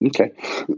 Okay